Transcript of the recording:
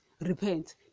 repent